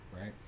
right